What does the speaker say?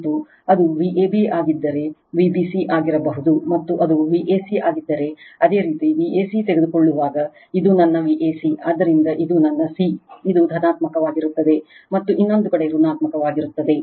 ಮತ್ತು ಅದು Vab ಆಗಿದ್ದರೆ Vbcಆಗಿರಬಹುದು ಮತ್ತು ಅದು Vca ಆಗಿದ್ದರೆ ಅದೇ ರೀತಿ Vca ತೆಗೆದುಕೊಳ್ಳುವಾಗ ಇದು ನನ್ನ Vca ಆದ್ದರಿಂದ ಇದು ನನ್ನ c ಇದು ಧನಾತ್ಮಕವಾಗಿರುತ್ತದೆ ಮತ್ತು ಇನ್ನೊಂದು ಕಡೆ ಋಣಾತ್ಮಕವಾಗಿರುತ್ತದೆ